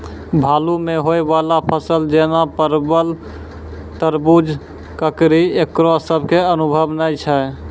बालू मे होय वाला फसल जैना परबल, तरबूज, ककड़ी ईकरो सब के अनुभव नेय छै?